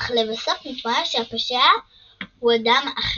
אך לבסוף מתברר שהפושע הוא אדם אחר,